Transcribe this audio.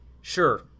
Sure